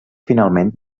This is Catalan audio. finalment